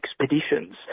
expeditions